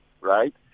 right